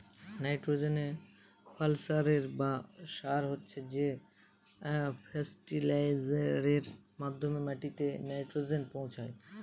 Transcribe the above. nitrogen ফার্টিলিসের বা সার হচ্ছে সে ফার্টিলাইজারের মাধ্যমে মাটিতে নাইট্রোজেন পৌঁছায়